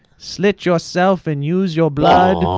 slit yourself and use your blood.